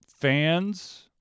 fans